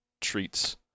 treats